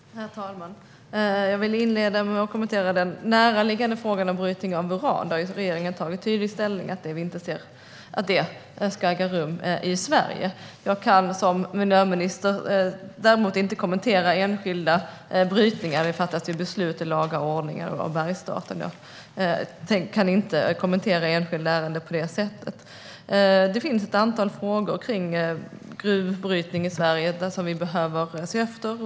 Herr talman! Jag vill inleda med att kommentera den näraliggande frågan om brytning av uran. Regeringen har tagit ställning. Vi anser inte att detta ska äga rum i Sverige. Jag kan som miljöminister däremot inte kommentera enskilda brytningar. Det fattas beslut i laga ordning av Bergsstaten. Jag kan inte kommentera enskilda ärenden på det sättet. Det finns ett antal frågor som vi behöver utreda vad gäller gruvbrytning i Sverige.